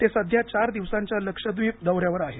ते सध्या चार दिवसांच्या लक्षद्वीप दौऱ्यावर आहेत